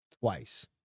twice